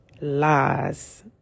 Lies